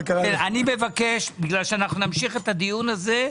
אני מבקש, בגלל שאנחנו נמשיך את הדיון הזה,